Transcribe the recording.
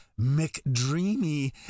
McDreamy